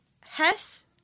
Hess